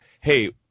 Hey